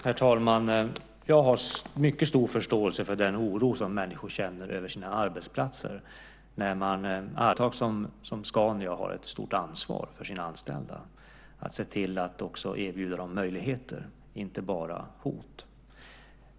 Herr talman! Jag har mycket stor förståelse för den oro som människor känner över sina arbetsplatser när de arbetar i en industri som har tillkännagett att man kommer att göra strukturförändringar. Det är klart att ett företag som Scania har ett stort ansvar för sina anställda, att se till att också erbjuda dem möjligheter, inte bara hot.